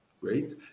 Great